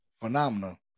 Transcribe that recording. phenomena